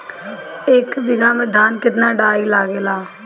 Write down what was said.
एक बीगहा धान में केतना डाई लागेला?